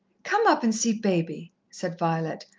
come up and see baby, said violet.